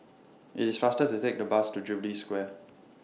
IT IS faster to Take The Bus to Jubilee Square